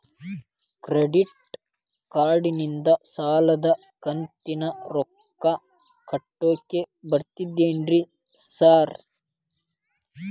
Credit ಕಾರ್ಡನಿಂದ ಸಾಲದ ಕಂತಿನ ರೊಕ್ಕಾ ಕಟ್ಟಾಕ್ ಬರ್ತಾದೇನ್ರಿ ಸಾರ್?